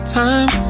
time